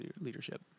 leadership